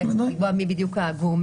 יהיה צריך לקבוע מי בדיוק הגורמים